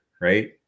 right